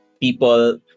people